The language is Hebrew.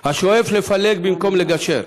השואף לפלג במקום לגשר,